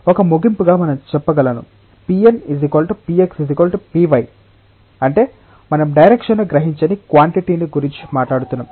కాబట్టి ఒక ముగింపుగా మనం చెప్పగలను pnpx py అంటే మనం డైరెక్షన్ ను గ్రహించని క్వాన్టిటీని గురించి మాట్లాడుతున్నాం